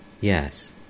yes